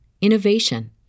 innovation